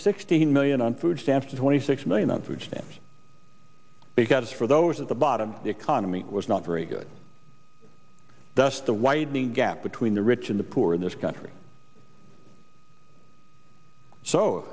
sixteen million on food stamps to twenty six million on food stamps because for those at the bottom the economy was not very good thus the whitening gap between the rich and the poor in this country so